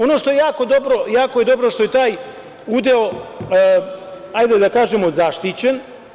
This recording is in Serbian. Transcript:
Ono što je jako dobro, jako je dobro što je taj udeo, hajde da kažem, zaštićen.